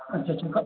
अच्छा अच्छा कब